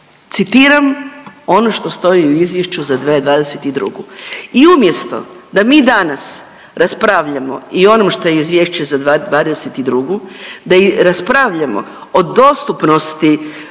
citiram ono što stoji u izvješću za 2022.. I umjesto da mi danas raspravljamo i o onom što je izvješće za '22., da raspravljamo o dostupnosti